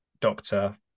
Doctor